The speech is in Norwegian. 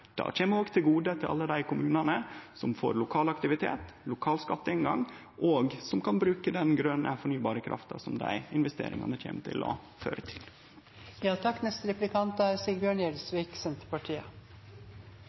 som får lokal aktivitet, lokal skatteinngang, og som kan bruke den grøne, fornybare krafta som dei investeringane kjem til å føre